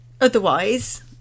otherwise